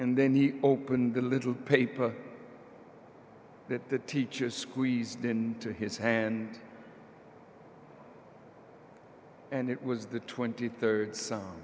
and then he opened the little paper that the teacher squeezed into his hand and it was the twenty third